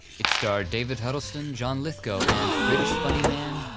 it starred david huddleston, john lithgow, and british funny man,